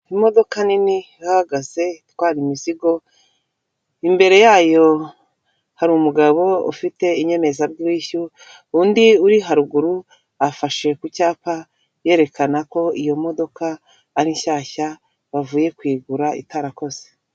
Imodoka nini ihagaze itwara imizigo, imbere yayo hari umugabo ufite inyemezabwishyu, undi uri haruguru afashe ku cyapa yerekana ko iyo modoka ari nshyashya bavuye kuyigura itarakoze.